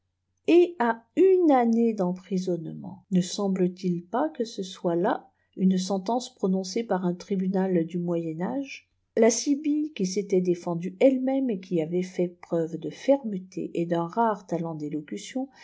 et a une année d emprisonnement ne semble-t-il pas que ce soit là une sentence prononcée par un tribunal du moyen âge la sibylle qui s'était défendue elle-même et qui avait fait preuve de fermeté et d'un rare talent d'élocution